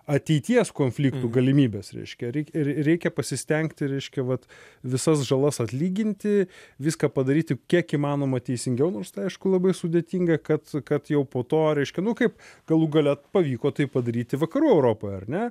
ateities konfliktų galimybes reiškia reikia pasistengti reiškia vat visas žalas atlyginti viską padaryti kiek įmanoma teisingiau nors tai aišku labai sudėtinga kad kad jau po to reiškia nu kaip galų gale pavyko tai padaryti vakarų europoj ar ne